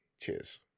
Cheers